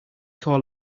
call